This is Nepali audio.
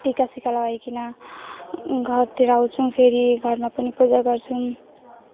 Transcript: टिकासिका लगाइकन घरतिर आउँछौँ फेरि घरमा पनि पूजा गर्छौँ